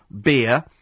beer